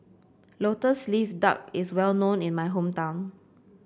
lotus leaf duck is well known in my hometown